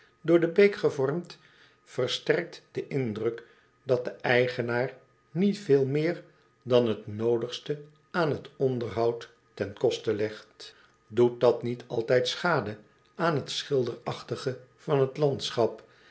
door de beek gevormd versterkt den indruk dat de eigenaar niet veel meer dan het noodigste aan het onderhoud ten koste legt doet dat niet altijd schade aan het schilderachtige van het landschap